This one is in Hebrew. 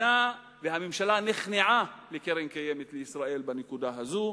והממשלה נכנעה לקרן קיימת לישראל בנקודה הזו.